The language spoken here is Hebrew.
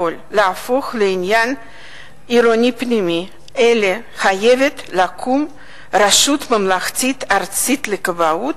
להפוך לעניין עירוני פנימי אלא חייבת לקום רשות ממלכתית ארצית לכבאות,